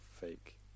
fake